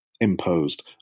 imposed